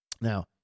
Now